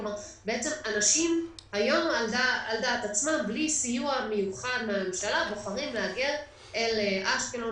כלומר אנשים על דעת עצמם בלי סיוע מיוחד מהממשלה בוחרים להגר לאשקלון